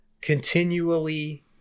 continually